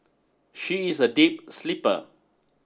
she is a deep sleeper